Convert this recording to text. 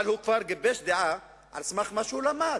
אבל הוא כבר גיבש דעה על סמך מה שהוא למד,